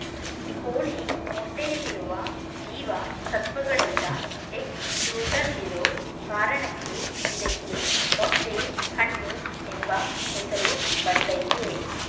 ಕೋಳಿ ಮೊಟ್ಟೆಯಲ್ಲಿರುವ ಜೀವ ಸತ್ವಗಳೆಲ್ಲ ಎಗ್ ಫ್ರೂಟಲ್ಲಿರೋ ಕಾರಣಕ್ಕೆ ಇದಕ್ಕೆ ಮೊಟ್ಟೆ ಹಣ್ಣು ಎಂಬ ಹೆಸರು ಬಂದಯ್ತೆ